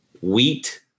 wheat